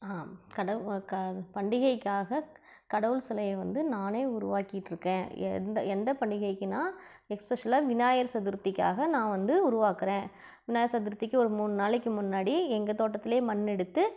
பண்டிகைக்காக கடவுள் சிலையை வந்து நானே உருவாக்கிட்டிருக்கேன் எந்த எந்த பண்டிகைக்குன்னா எக்ஸ்பெஷலாக விநாயர் சதுர்த்திக்குக்காக நான் வந்து உருவாக்கிறேன் விநாயர் சதுர்த்திக்கு ஒரு மூணு நாளைக்கு முன்னாடி எங்கள் தோட்டத்திலே மண் எடுத்து